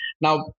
Now